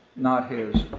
not his.